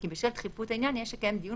כי בשל דחיפות העניין יש לקיים דיון